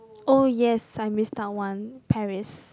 oh yes I missed out one Paris